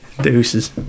deuces